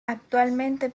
actualmente